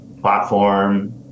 platform